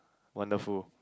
wonderful